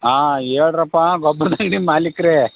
ಆಂ ಹೇಳ್ರಪ್ಪ ಗೊಬ್ರದ ಅಂಗಡಿ ಮಾಲಿಕರೇ